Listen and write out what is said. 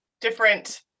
different